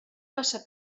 massa